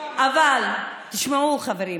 אבל תשמעו, חברים,